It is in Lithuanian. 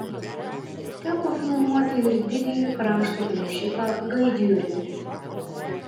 teko filmuoti ir didįjį krašto plėšiką gaidjurgį